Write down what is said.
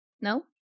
No